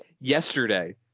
yesterday